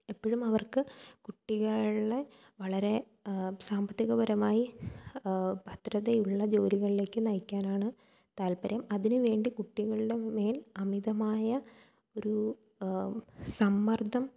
എപ്പോഴും അവർക്ക് കുട്ടികളെ വളരെ സാമ്പത്തിക പരമായി ഭദ്രതയുള്ള ജോലികളിലേക്ക് നയിക്കാനാണ് താൽപ്പര്യം അതിന് വേണ്ടി കുട്ടികളുടെ മേൽ അമിതമായ ഒരു സമ്മർദ്ദം